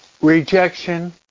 rejection